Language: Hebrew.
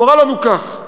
הוא הורה לנו כך: